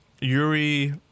yuri